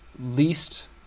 least